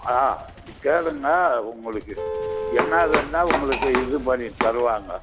ஆ நீங்கள் கேளுங்க உங்களுக்கு என்ன வேணுனால் உங்களுக்கு இது பண்ணி தருவாங்க